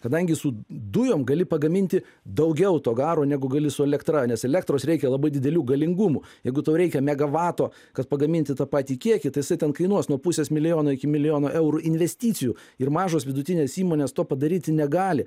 kadangi su dujom gali pagaminti daugiau to garo negu gali su elektra nes elektros reikia labai didelių galingumų jeigu tau reikia megavato kad pagaminti tą patį kiekį tai jisai ten kainuos nuo pusės milijono iki milijono eurų investicijų ir mažos vidutinės įmonės to padaryti negali